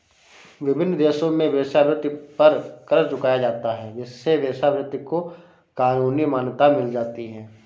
विभिन्न देशों में वेश्यावृत्ति पर कर चुकाया जाता है जिससे वेश्यावृत्ति को कानूनी मान्यता मिल जाती है